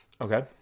Okay